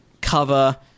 cover